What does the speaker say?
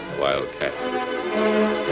Wildcat